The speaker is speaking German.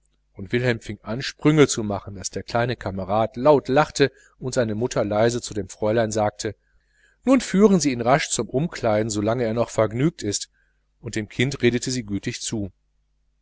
und wilhelm fing an sprünge zu machen daß der kleine kamerad laut lachte und seine mutter leise zu dem fräulein sagte nun führen sie ihn rasch zum umkleiden so lange er noch vergnügt ist und dem kinde redete sie gütig zu